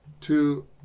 Two